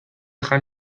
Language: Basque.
jan